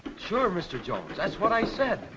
sure, mr. jones, that's what i said.